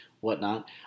whatnot